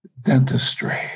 dentistry